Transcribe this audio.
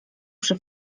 przy